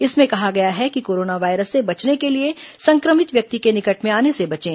इसमें कहा गया है कि कोरोना वायरस से बचने के लिए संक्रमित व्यक्ति के निकट में आने से बचें